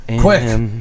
quick